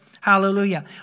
Hallelujah